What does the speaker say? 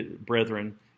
brethren